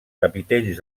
capitells